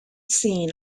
seen